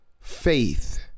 faith